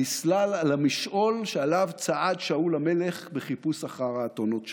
נסלל על המשעול שעליו צעד שאול המלך בחיפוש אחר האתונות שלו.